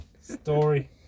Story